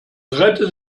rette